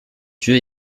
dieu